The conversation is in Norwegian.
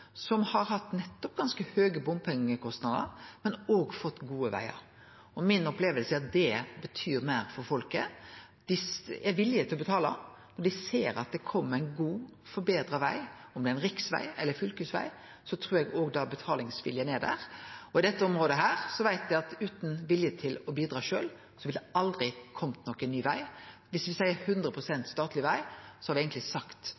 som har hatt ganske høge bompengekostnader, men som òg har fått gode vegar. Mi oppleving er at det betyr meir for folk. Dei er villige til å betale når dei ser at det kjem ein god, forbetra veg. Om det er ein riksveg eller fylkesveg, trur eg òg betalingsviljen er der. I dette området veit eg at utan vilje til å bidra sjølv, ville det aldri ha kome nokon ny veg. Om me seier 100 pst. statleg veg, har me eigentleg sagt